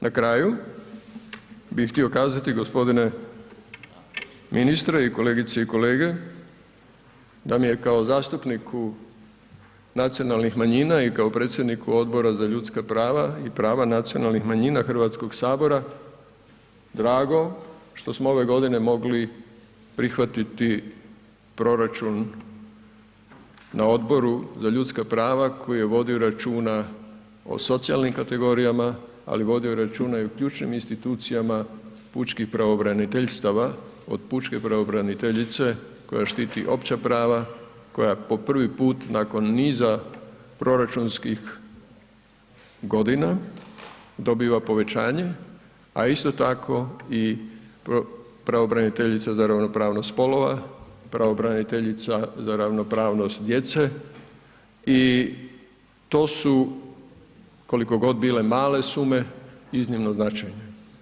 Na kraju bih htio kazati g. ministre i kolegice i kolege da mi je kao zastupniku nacionalnih manjina i kao predsjedniku Odbora za ljudska prava i prava nacionalnih manjina HS-a drago što smo ove godine mogli prihvatiti proračun na Odboru za ljudska prava koji je vodio računa o socijalnim kategorijama, ali vodio je računa i o ključnim institucijama pučkih pravobraniteljstava, od pučke pravobraniteljice koja štiti opća prava koja po prvi put nakon niza proračunskih godina dobiva povećanje, a isto tako i pravobraniteljica za ravnopravnost spolova, pravobraniteljica za ravnopravnost djece i to su koliko god bile male sume, iznimno značajne.